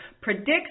predicts